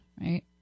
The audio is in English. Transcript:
right